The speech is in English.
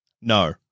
No